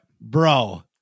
bro